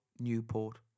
Newport